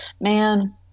man